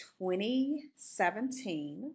2017